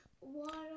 water